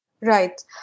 right